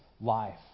life